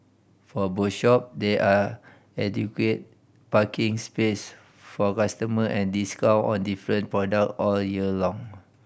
for both shop there are adequate parking space for customer and discount on different product all year long